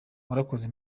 warakoze